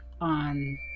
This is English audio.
on